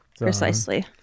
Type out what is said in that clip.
precisely